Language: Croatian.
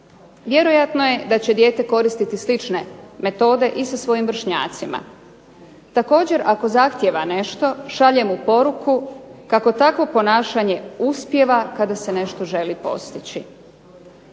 Vjerojatno je da će dijete koristiti slične metode i sa svojim vršnjacima. Također ako zahtjeva nešto šalje mu poruku kako takvo ponašanje uspijeva kada se nešto želi postići.